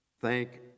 thank